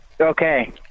Okay